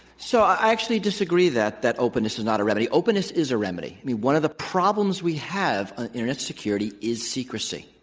so i actually disagree that that openness is not a remedy. openness is a remedy. i mean, one of the problems we have in ah internet security is secrecy,